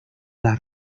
las